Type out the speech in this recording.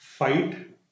Fight